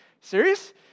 serious